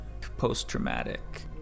post-traumatic